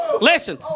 Listen